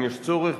אם יש צורך,